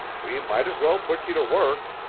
we might as well put you to work.